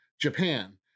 Japan